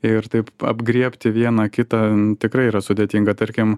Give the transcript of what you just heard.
ir taip atgriebti vieną kitą tikrai yra sudėtinga tarkim